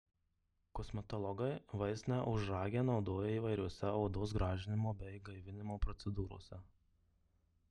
kosmetologai vaistinę ožragę naudoja įvairiose odos gražinimo bei gaivinimo procedūrose